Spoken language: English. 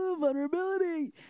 vulnerability